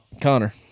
Connor